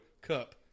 cup